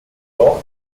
dorf